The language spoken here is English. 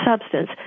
substance